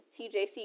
TJC